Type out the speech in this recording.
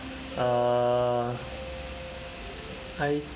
uh I